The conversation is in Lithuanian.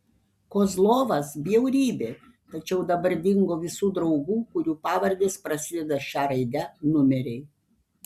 kozlovas bjaurybė tačiau dabar dingo visų draugų kurių pavardės prasideda šia raide numeriai